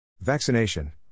Vaccination